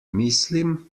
mislim